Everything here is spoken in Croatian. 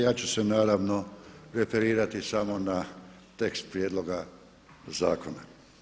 Ja ću se naravno referirati samo na tekst prijedloga zakona.